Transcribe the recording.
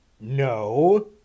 no